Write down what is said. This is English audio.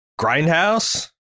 Grindhouse